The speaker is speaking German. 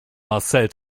marcel